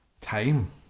Time